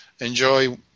enjoy